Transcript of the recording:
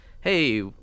hey